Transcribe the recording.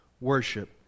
worship